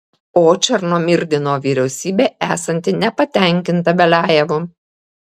o černomyrdino vyriausybė esanti nepatenkinta beliajevu